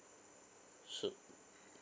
should